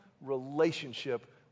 relationship